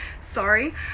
sorry